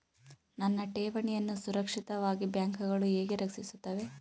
ನನ್ನ ಠೇವಣಿಯನ್ನು ಸುರಕ್ಷಿತವಾಗಿ ಬ್ಯಾಂಕುಗಳು ಹೇಗೆ ರಕ್ಷಿಸುತ್ತವೆ?